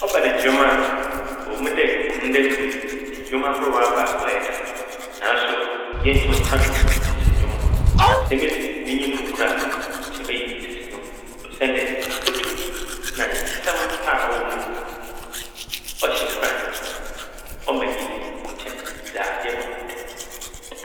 Ɔba no ndwom a ɔwɔ mu dɛ ndɛ ber yi ndwom ahorow aba a ɔyɛ dɛw naaso yenntum mmfa nntoto tsetse ndwom ho. Ntsi emi dze minyi no mu kor a nkyɛ meyi tsetse ndwom osiandɛ afotu na nsɛm a ɔwɔ mu n' ɔhyɛ nkuran, ɔma enyigye kyɛn dza yɛbɔ no ndɛ.